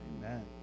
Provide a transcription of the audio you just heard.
Amen